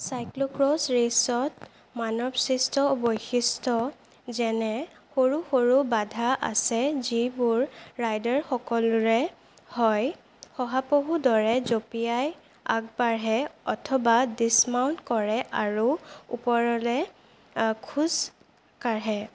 cyclocross ৰেচত মানৱসৃষ্ট বৈশিষ্ট্য যেনে সৰু সৰু বাধা আছে যিবোৰ ৰাইডাৰ সকলোৰে হয় শহাপহুৰ দৰে জঁপিয়াই আগবাঢ়ে অথবা ডিছমাউন্ট কৰে আৰু ওপৰেৰে খোজ কাঢ়ে